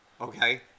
Okay